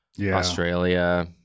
Australia